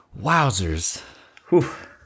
wowzers